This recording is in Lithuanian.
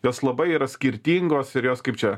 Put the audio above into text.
jos labai yra skirtingos ir jos kaip čia